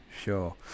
Sure